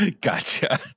Gotcha